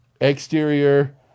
Exterior